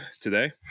today